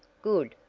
good!